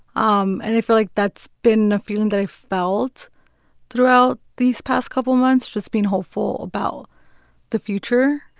um and i feel like that's been a feeling that i've felt throughout these past couple months just being hopeful about the future.